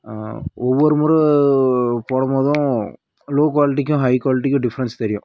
ஒவ்வொரு முறை போடும்போதும் லோ குவாலிட்டிக்கும் ஹை குவாலிட்டிக்கும் டிஃப்ரென்ஸ் தெரியும்